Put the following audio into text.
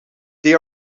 they